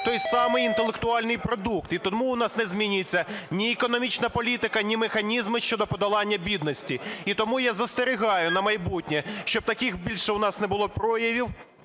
той самий інтелектуальний продукт. І тому у нас не змінюється ні економічна політика, ні механізми щодо подолання бідності. І тому я застерігаю на майбутнє, щоб таких більше у нас не було проявів,